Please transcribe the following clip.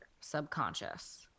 subconscious –